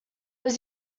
was